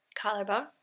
Collarbone